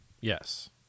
yes